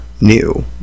new